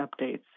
updates